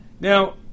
Now